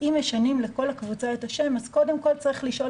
אם משנים לכל הקבוצה את השם אז קודם כל צריך לשאול